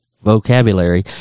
vocabulary